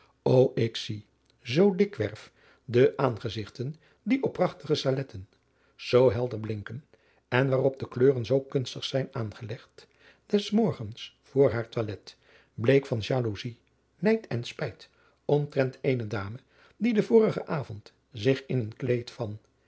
o ik zie zoo dikwerf de aangezigten die op prachtige saletten zoo helder blinken en waarop de kleuren zoo kunstig zijn aangelegd des morgens voor haar toilet bleek van jaloezij nijd en spijt omtrent eene dame die den vorigen avond zich in een kleed van